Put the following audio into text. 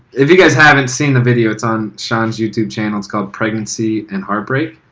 if you guys haven't seen the video it's on shawn's youtube channel. it's called pregnancy and heartbreak.